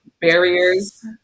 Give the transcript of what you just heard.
barriers